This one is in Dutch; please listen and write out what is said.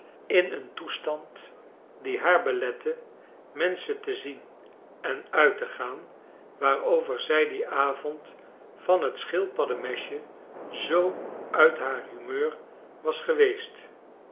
in een toestand die haar belette menschen te zien en uit te gaan waarover zij dien avond van het schildpadden mesje zoo uit haar humeur was geweest